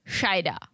Shida